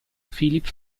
philipp